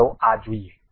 ચાલો આ જોઈએ